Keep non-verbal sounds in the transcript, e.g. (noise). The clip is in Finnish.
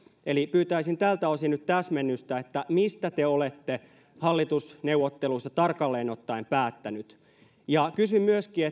eli pyytäisin tältä osin nyt täsmennystä mistä te olette hallitusneuvotteluissa tarkalleen ottaen päättäneet kysyn myöskin (unintelligible)